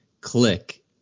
click